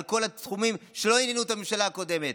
על כל התחומים שלא עניינו את הממשלה הקודמת.